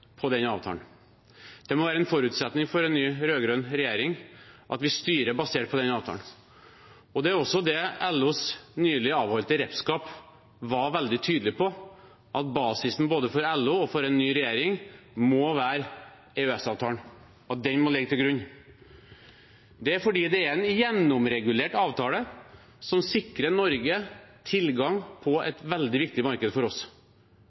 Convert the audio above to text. Det må være en forutsetning for en ny rød-grønn regjering at vi styrer basert på den avtalen. Det var også LOs nylig avholdte representantskap veldig tydelig på, at basisen både for LO og for en ny regjering må være EØS-avtalen, at den må ligge til grunn. Det er fordi det er en gjennomregulert avtale som sikrer Norge tilgang til et veldig viktig marked for oss.